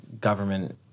government